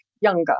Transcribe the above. younger